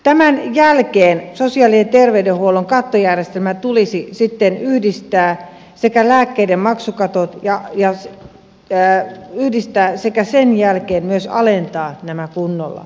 tämän jälkeen sosiaali ja terveydenhuollon kattojärjestelmä sekä lääkkeiden maksukatot tulisi yhdistää ja sen jälkeen tulisi myös alentaa näitä kunnolla